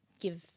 give